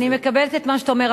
אני מקבלת את מה שאתה אומר,